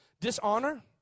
Dishonor